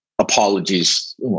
Apologies